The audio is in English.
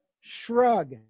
shrug